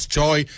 joy